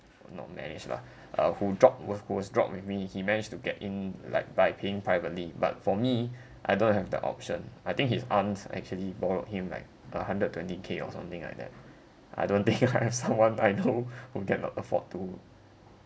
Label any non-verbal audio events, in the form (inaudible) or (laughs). or not manage lah uh who dropped who was who was dropped with me he managed to get in like by paying privately but for me I don't have the option I think his aunt actually borrowed him like a hundred twenty K or something like that I don't think (laughs) I have someone I know who get the afford to